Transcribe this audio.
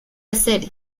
hacer